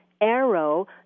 Arrow